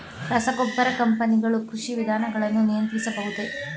ರಸಗೊಬ್ಬರ ಕಂಪನಿಗಳು ಕೃಷಿ ವಿಧಾನಗಳನ್ನು ನಿಯಂತ್ರಿಸಬಹುದೇ?